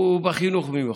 בחינוך במיוחד.